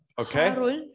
Okay